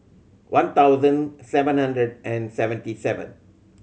one thousand seven hundred and seventy seven